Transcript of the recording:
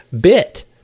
bit